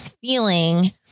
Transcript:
feeling